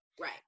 right